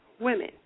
women